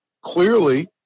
clearly